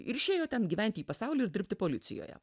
ir išėjo ten gyventi į pasaulį ir dirbti policijoje